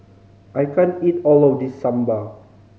I can't eat all of this Sambar